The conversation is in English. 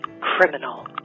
Criminal